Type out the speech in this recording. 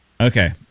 Okay